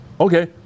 Okay